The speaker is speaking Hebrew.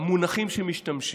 המונחים שמשתמשים.